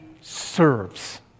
serves